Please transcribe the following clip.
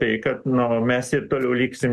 tai kad nu mes ir toliau liksim